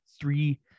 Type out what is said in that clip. Three